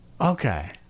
Okay